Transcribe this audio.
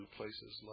places